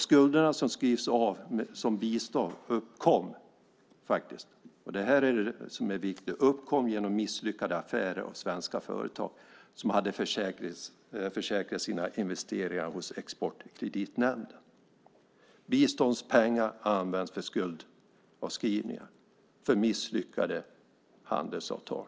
Skulderna som skrivs av som bistånd uppkom genom misslyckade affärer av svenska företag som hade försäkrat sina investeringar hos Exportkreditnämnden. Det är viktigt att veta. Biståndspengar används för skuldavskrivningar av misslyckade handelsavtal.